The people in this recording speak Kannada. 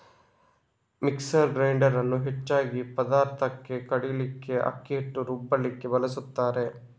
ಮಿಕ್ಸರ್ ಗ್ರೈಂಡರ್ ಅನ್ನು ಹೆಚ್ಚಾಗಿ ಪದಾರ್ಥಕ್ಕೆ ಕಡೀಲಿಕ್ಕೆ, ಅಕ್ಕಿ ಹಿಟ್ಟು ರುಬ್ಲಿಕ್ಕೆ ಬಳಸ್ತಾರೆ